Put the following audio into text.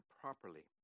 properly